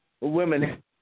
women